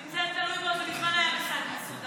אם זה היה תלוי בו הוא מזמן היה, מסודר.